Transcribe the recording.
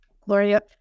Gloria